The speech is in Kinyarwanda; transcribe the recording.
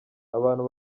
abantu